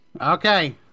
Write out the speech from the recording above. Okay